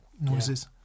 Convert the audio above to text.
noises